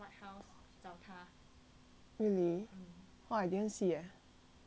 really !wah! I didn't see eh !wah!